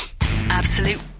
Absolute